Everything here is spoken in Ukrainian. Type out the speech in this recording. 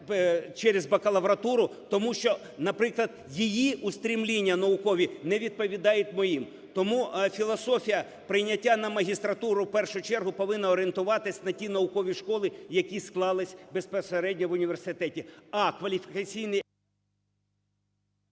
через бакалавратуру, тому що, наприклад, її устрімління наукові не відповідають моїм. Тому філософія прийняття на магістратуру в першу чергу повинна орієнтуватися на ті наукові школи, які склалися безпосередньо в університеті.